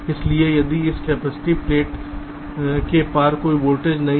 इसलिए इस capacitive plate के पार कोई वोल्टेज नहीं है